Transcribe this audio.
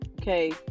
okay